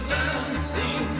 dancing